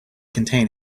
contain